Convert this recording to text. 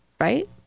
Right